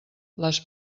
les